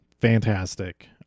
fantastic